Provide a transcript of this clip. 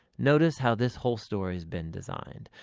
notice how this whole story has been designed.